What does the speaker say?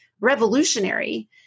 revolutionary